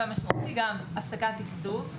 המשמעות היא גם הפסקת תקצוב.